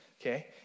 okay